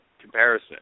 comparison